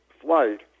flight